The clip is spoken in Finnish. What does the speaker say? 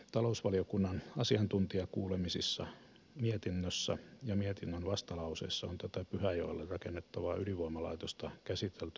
talousvaliokunnan asiantuntijakuulemisissa mietinnössä ja mietinnön vastalauseessa on tätä pyhäjoelle rakennettavaa ydinvoimalaitosta käsitelty monelta kannalta